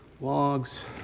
logs